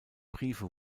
briefe